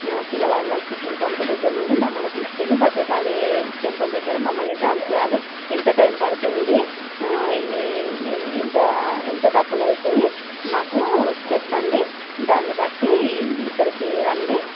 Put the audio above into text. ఖిలా Warangal petrol pump దగ్గర నుండి మమ్మల్ని తీసుకెళ్ళి భద్రకాళి టెంపుల్ దగ్గర మమ్మల్ని డ్రాప్ చేయాలి ఎంత టైం పడుతుంది ఎన్ని ఎంత ఎంత డబ్బులు అవుతాయి మాకు చెప్పండి దాన్నిబట్టి ఇక్కడికి రండి